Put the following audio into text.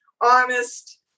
honest